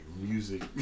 music